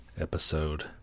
episode